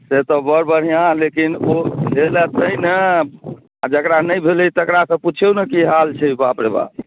से तऽ बड़ बढ़िआँ लेकिन ओ भेल हेँ तैँ ने जकरा नहि भेलैए तकरासँ पूछियौ ने की हाल छै बाप रे बाप